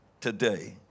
today